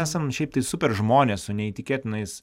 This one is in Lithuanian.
esam šiaip tai super žmonės su neįtikėtinais